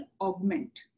augment